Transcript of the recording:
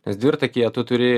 nes dvirtakyje tu turi